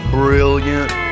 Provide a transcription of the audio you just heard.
brilliant